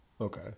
Okay